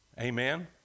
Amen